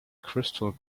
crystal